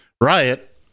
riot